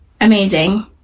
Amazing